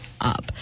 up